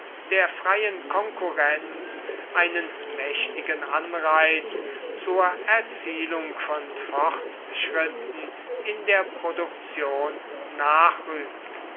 der freien konkurrenz einen mächtigen anreiz zur erzielung von fortschritten in der produktion